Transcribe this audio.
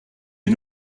you